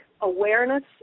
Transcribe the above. awareness